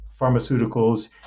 pharmaceuticals